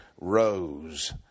rose